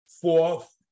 fourth